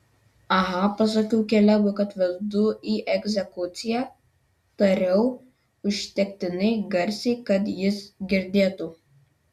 aha pasakiau kalebui kad vedu į egzekuciją tariu užtektinai garsiai kad jis girdėtų